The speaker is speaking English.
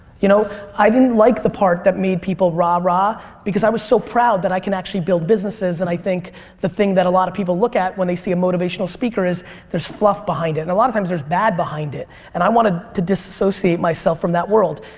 you know i didn't like the part that made people rah-rah because i was so proud that i can actually build businesses and i think the thing that a lot of people look at when they see motivational speaker is there's fluff behind and a lot of times are bad behind it and i wanted to disassociate myself from that world.